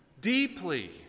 deeply